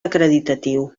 acreditatiu